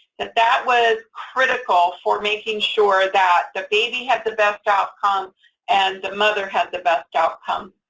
that that was critical for making sure that the baby had the best outcomes and the mother had the best outcomes.